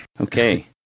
Okay